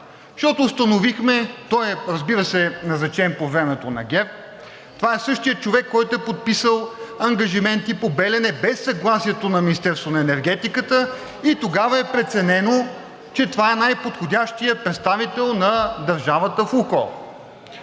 защото установихме, той, разбира се, е назначен по времето на ГЕРБ, това е същият човек, който е подписал ангажименти по „Белене“ без съгласието на Министерството на енергетиката, и тогава е преценено, че това е най-подходящият представител на държавата в